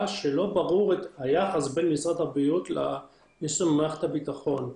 שלא ברור היחס בין משרד הבריאות לניסויים במערכת הביטחון,